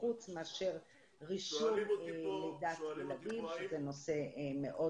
חוץ מאשר רישום דת וילדים שזה נושא מאוד